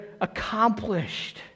accomplished